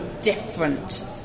different